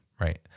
Right